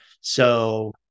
So-